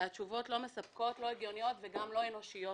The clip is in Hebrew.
התשובות לא מספקות, לא הגיוניות וגם לא אנושיות.